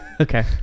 Okay